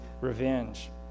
revenge